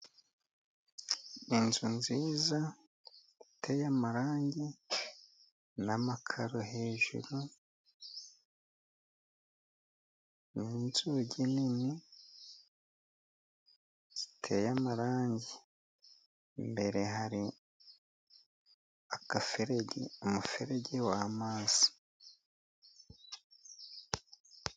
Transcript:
Inzu nziza iteye amarangi n'amakaro hejuru, inzugi nini ziteye amarangi, imbere hari agaferege, umuferege w'amazi.